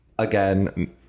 again